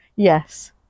Yes